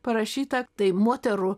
parašyta tai moterų